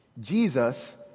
Jesus